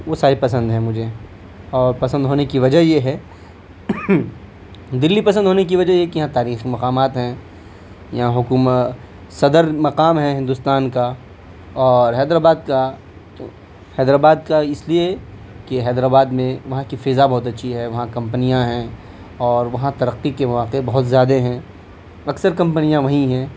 وہ ساری پسند ہیں مجھے اور پسند ہونے کی وجہ یہ ہے دلی پسند ہونے کی وجہ یہ ہے کہ یہاں تاریخی مقامات ہیں یہاں حکومت صدرمقام ہے ہندوستان کا اور حیدر آباد کا حیدرآباد کا اس لیے کہ حیدر آباد میں وہاں کی فضا بہت اچھی ہے وہاں کمپنیاں ہیں اور وہاں ترقی کے مواقع بہت زیادہ ہیں اکثر کمپنیاں وہیں ہیں